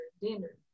dinner